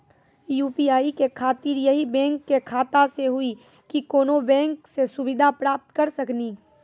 UPI के खातिर यही बैंक के खाता से हुई की कोनो बैंक से सुविधा प्राप्त करऽ सकनी?